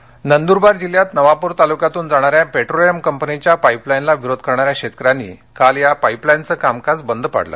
आंदोलन नंदरवार नंदूरबार जिल्ह्यात नवापुर तालुक्यातुन जाणाऱया पेट्रोलियम कंपनीच्या पाईपलाईनला विरोध करणाऱ्या शेतकऱ्यांनी काल या पाईपलाईनचं काम बंद पाडलं